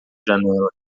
janela